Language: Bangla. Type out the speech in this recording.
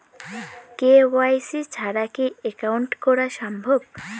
কে.ওয়াই.সি ছাড়া কি একাউন্ট করা সম্ভব?